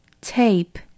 tape